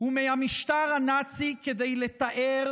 ומהמשטר הנאצי כדי לתאר